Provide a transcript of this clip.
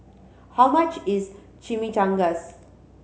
how much is Chimichangas